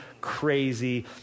crazy